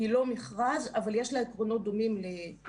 היא לא מכרז אבל יש לה עקרונות דומים למכרז.